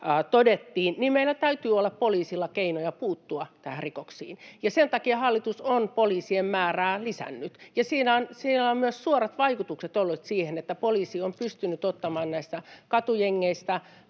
todettiin, meillä täytyy olla poliisilla keinoja puuttua näihin rikoksiin, ja sen takia hallitus on poliisien määrää lisännyt. Sillä on ollut myös suorat vaikutukset siihen, että poliisi on pystynyt ottamaan näistä katujengeistä